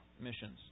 missions